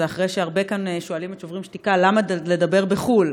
זה אחרי שהרבה כאן שואלים את "שוברים שתיקה" למה לדבר בחו"ל,